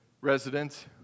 residents